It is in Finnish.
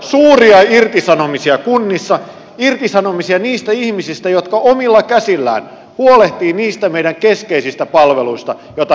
suuria irtisanomisia kunnissa niiden ihmisten irtisanomisia jotka omilla käsillään huolehtivat niistä meidän keskeisistä palveluista joita me haluamme puolustaa